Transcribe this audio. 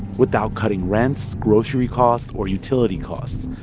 without cutting rents, grocery costs or utility costs.